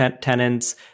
tenants